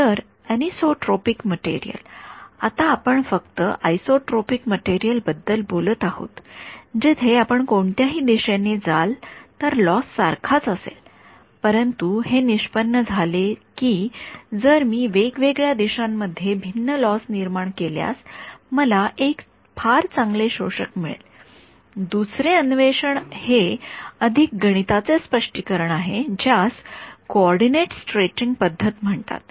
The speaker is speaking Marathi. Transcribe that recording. तर आनिसोट्रोपिक मटेरियल आत्ता आपण फक्त आयसोट्रॉपिक मटेरियल बद्दल बोलत आहोत जिथे आपण कोणत्याही दिशेने जाल लॉस सारखाच असेल परंतु हे निष्पन्न झाले की जर मी वेगवेगळ्या दिशा मध्ये भिन्न लॉस निर्माण केल्यास मला एक फार चांगले शोषक मिळेल दुसरे अन्वेषण हे अधिक गणिताचे स्पष्टीकरण आहे ज्यास कोऑर्डिनेट स्ट्रेचिंग पद्धत म्हणतात